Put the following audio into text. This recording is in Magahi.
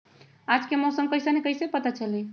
आज के मौसम कईसन हैं कईसे पता चली?